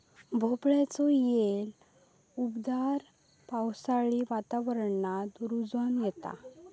भोपळ्याचो येल उबदार पावसाळी वातावरणात रुजोन येता